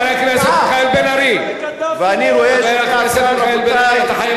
לך לסוריה, לך,